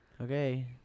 Okay